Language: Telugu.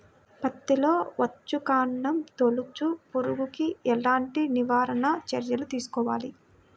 పత్తిలో వచ్చుకాండం తొలుచు పురుగుకి ఎలాంటి నివారణ చర్యలు తీసుకోవాలి?